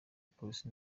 polisi